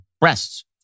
breasts